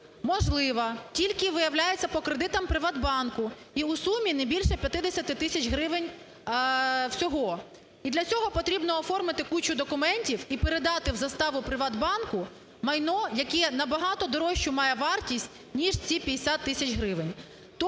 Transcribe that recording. можлива тільки, виявляється, по кредитам "ПриватБанку" і у сумі не більше 50 тисяч гривень всього. І для цього потрібно оформити кучу документів і передати в заставу "ПриватБанку" майно, яке набагато дорожчу має вартість, ніж ці 50 тисяч гривень.